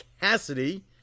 Cassidy